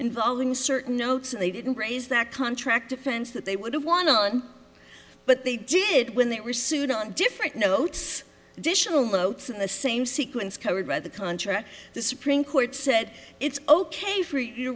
involving certain notes and they didn't raise that contract defense that they would have won on but they did when they were sued on different notes visual notes in the same sequence covered by the contract the supreme court said it's ok for you